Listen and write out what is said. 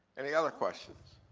any other questions?